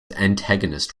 antagonist